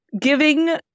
giving